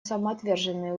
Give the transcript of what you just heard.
самоотверженные